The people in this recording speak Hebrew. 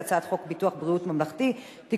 אני קובעת שהצעת חוק חובת המכרזים (תיקון,